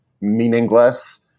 meaningless